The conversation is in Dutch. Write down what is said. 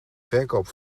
verkoop